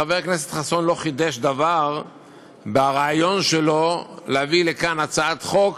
חבר הכנסת חסון לא חידש דבר ברעיון שלו להביא לכאן הצעת חוק